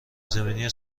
زمینی